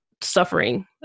suffering